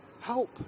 Help